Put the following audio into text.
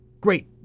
great